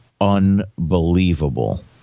unbelievable